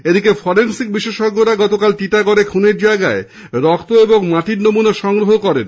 এদিকে ফরেন্সিক বিশষজ্ঞরা গতকাল টিটাগড়ে খুনের জায়গায় রক্ত ও মাটির নমুনা সংগ্রহ করেন